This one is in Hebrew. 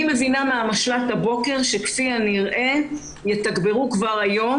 אני מבינה מהמשל"ט הבוקר שכפי הנראה יְתַגברו כבר היום.